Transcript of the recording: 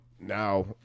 now